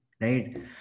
right